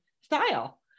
style